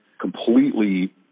completely